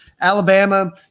Alabama